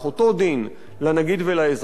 אותו דין לנגיד ולאזרח,